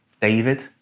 David